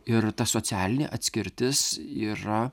ir ta socialinė atskirtis yra